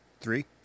three